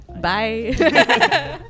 Bye